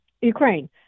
ukraine